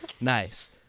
Nice